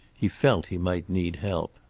he felt he might need help.